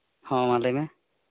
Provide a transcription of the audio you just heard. ᱦᱚᱸ ᱢᱟ ᱞᱟᱹᱭ ᱢᱮ